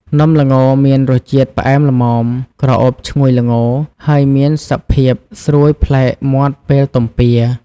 នំល្ងមានរសជាតិផ្អែមល្មម ក្រអូបឈ្ងុយល្ងរ ហើយមានសភាពស្រួយប្លែកមាត់ពេលទំពារ។